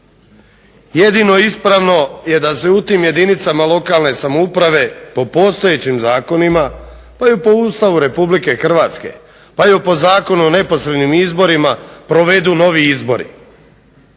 Jedino ispravno je da se u tim jedinicama lokalne samouprave po postojećim zakonima pa i po Ustavu Republike Hrvatske pa i po Zakonu o neposrednim izborima provedu novi izbori.